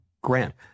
grant